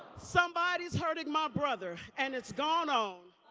somebody is hurting my brother. and it's gone on